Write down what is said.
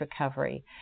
recovery